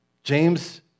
James